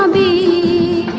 e